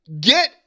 get